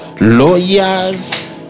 lawyers